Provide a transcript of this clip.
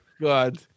god